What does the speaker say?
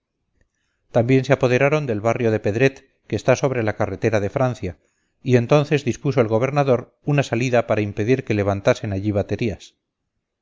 también se apoderaron del barrio de pedret que está sobre la carretera de francia y entonces dispuso el gobernador una salida para impedir que levantasen allí baterías